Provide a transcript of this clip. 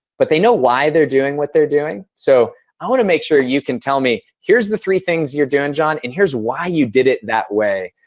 but, they know why they're doing what they're doing so i want to make sure you can tell me, here's the three things you're doing, jon, and here's why you did it that way.